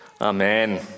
Amen